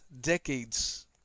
decades